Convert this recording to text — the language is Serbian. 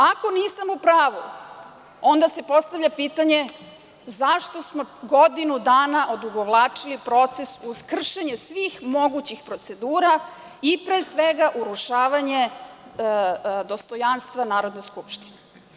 Ako nisam u pravu, onda se postavlja pitanje zašto smo godinu dana odugovlačili proces, uz kršenje svih mogućih procedura, i pre svega, urušavanje dostojanstva Narodne skupštine.